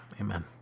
Amen